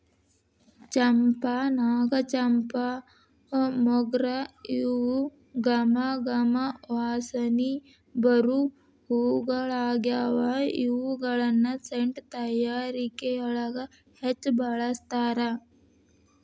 ಚಂಪಾ, ನಾಗಚಂಪಾ, ಮೊಗ್ರ ಇವು ಗಮ ಗಮ ವಾಸನಿ ಬರು ಹೂಗಳಗ್ಯಾವ, ಇವುಗಳನ್ನ ಸೆಂಟ್ ತಯಾರಿಕೆಯೊಳಗ ಹೆಚ್ಚ್ ಬಳಸ್ತಾರ